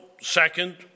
second